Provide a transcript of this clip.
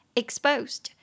exposed